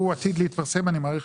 הוא עתיד להתפרסם, אני מעריך,